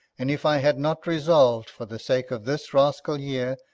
and if i had not resolv'd, for the sake of this rascal here,